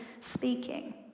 speaking